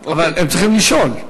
כן, אבל הם צריכים לשאול.